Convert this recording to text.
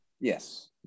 Yes